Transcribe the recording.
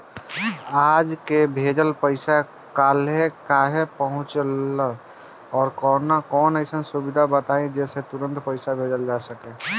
आज के भेजल पैसा कालहे काहे पहुचेला और कौनों अइसन सुविधा बताई जेसे तुरंते पैसा भेजल जा सके?